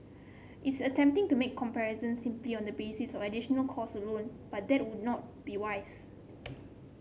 it's a tempting to make comparison simply on the basis of additional cost alone but that would not be wise